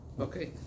Okay